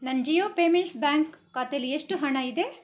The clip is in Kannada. ನನ್ನ ಜಿಯೋ ಪೇಮೆಂಟ್ಸ್ ಬ್ಯಾಂಕ್ ಖಾತೆಲಿ ಎಷ್ಟು ಹಣ ಇದೆ